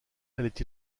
allait